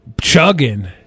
Chugging